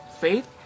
faith